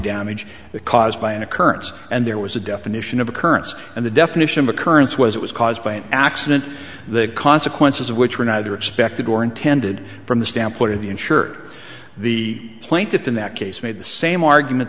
damage caused by an occurrence and there was a definition of occurrence and the definition of a current was it was caused by an accident the consequences of which were neither expected or intended from the standpoint of the insured the plaintiff in that case made the same argument